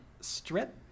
strip